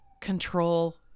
control